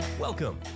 Welcome